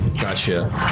Gotcha